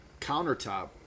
countertop